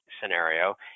scenario